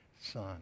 Son